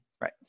Right